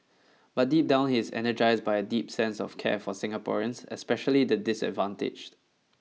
but deep down he is energized by a deep sense of care for Singaporeans especially the disadvantaged